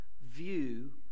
view